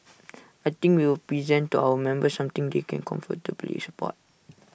I think we will present to our members something they can comfortably support